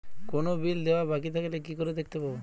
কোনো বিল দেওয়া বাকী থাকলে কি করে দেখতে পাবো?